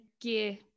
gear